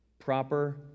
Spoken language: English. proper